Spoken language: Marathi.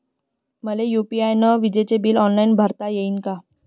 मले यू.पी.आय न विजेचे बिल ऑनलाईन भरता येईन का?